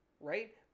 right